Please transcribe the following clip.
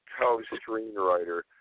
co-screenwriter